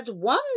one